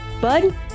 bud